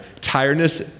Tiredness